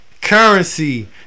Currency